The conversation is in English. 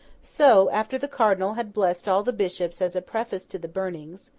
so, after the cardinal had blessed all the bishops as a preface to the burnings,